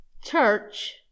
church